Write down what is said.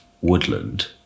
woodland